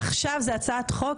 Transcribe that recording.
עכשיו זאת הצעת חוק,